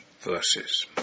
verses